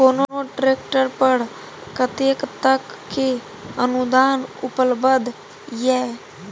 कोनो ट्रैक्टर पर कतेक तक के अनुदान उपलब्ध ये?